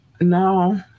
No